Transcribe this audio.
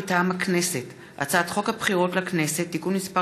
מטעם הכנסת: הצעת חוק הבחירות לכנסת (תיקון מס'